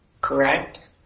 correct